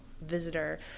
visitor